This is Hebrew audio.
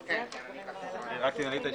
הישיבה נעולה.